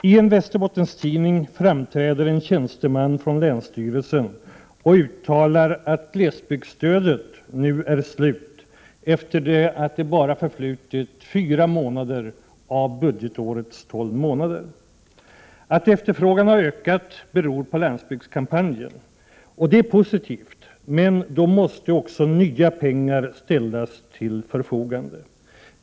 I en Västerbottentidning framträder en tjänsteman från länsstyrelsen och uttalar att glesbygdsstödet nu är slut, efter att det bara har förflutit fyra månader av budgetårets tolv. Att efterfrågan har ökat beror på landsbygdskampanjen. Det är ju positivt — men då måste också pengar ställas till förfogande.